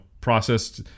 processed